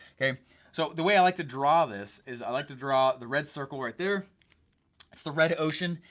so the way i like to draw this, is i like to draw the red circle right there, its the red ocean.